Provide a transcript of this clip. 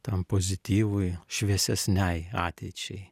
tam pozityvui šviesesnei ateičiai